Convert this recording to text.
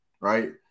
right